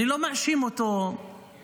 אני לא מאשים אותו ישירות.